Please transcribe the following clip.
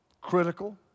critical